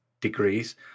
degrees